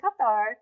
Qatar